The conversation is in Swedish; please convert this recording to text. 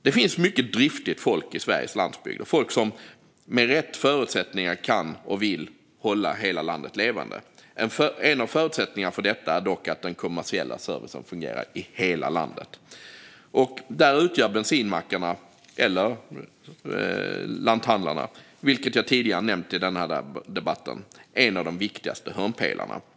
Det finns mycket driftigt folk på Sveriges landsbygd och folk som med rätt förutsättningar kan och vill hålla hela landet levande. En av förutsättningarna för detta är dock att den kommersiella servicen fungerar i hela landet. Där utgör bensinmackarna eller lanthandlarna, vilket jag tidigare nämnt i denna debatt, en av de viktigaste hörnpelarna.